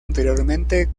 anteriormente